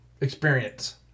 experience